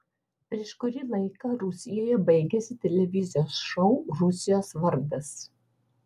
prieš kurį laiką rusijoje baigėsi televizijos šou rusijos vardas